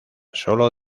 solo